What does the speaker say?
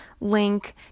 link